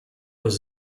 was